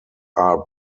are